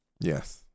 Yes